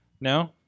No